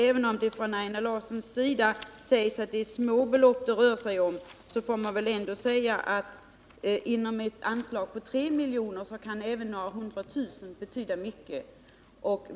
Även om Einar Larsson säger att det är små belopp, anser jag att några hundra tusen kan betyda mycket inom ett anslag på 3 milj.kr.